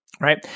right